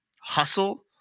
hustle